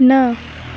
न